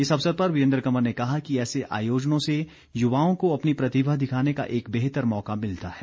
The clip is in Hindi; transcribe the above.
इस अवसर पर वीरेन्द्र कंवर ने कहा कि ऐसे आयोजनों से युवाओं को अपनी प्रतिभा दिखाने का एक बेहतर मौका मिलता है